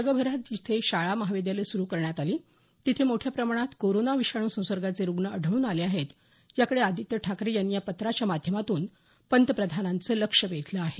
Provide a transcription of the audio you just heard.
जगभरात जिथं शाळा महाविद्यालयं सुरू करण्यात आली तिथे मोठ्या प्रमाणात करोना विषाणू संसर्गाचे रुग्ण आढळून आले आहेत याकडे आदित्य ठाकरे यांनी या पत्राच्या माध्यमातून पंतप्रधानांचं लक्ष वेधलं आहे